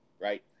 right